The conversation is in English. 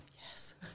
yes